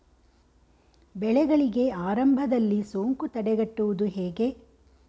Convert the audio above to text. ಬೆಳೆಗಳಿಗೆ ಆರಂಭದಲ್ಲಿ ಸೋಂಕು ತಡೆಗಟ್ಟುವುದು ಹೇಗೆ?